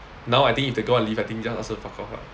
now I think if the girl want to leave I think just ask her fuck off ah